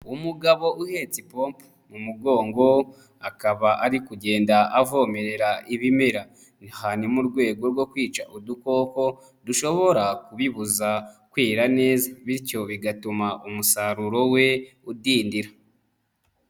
Umugabo uhetse ipombo mu mugongo, akaba ari kugenda avomerera ibimera. Hanyuma urwego rwo kwica udukoko, dushobora kubibuza kwera neza. Bityo bigatuma umusaruro we udindira.